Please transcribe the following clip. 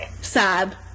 Sad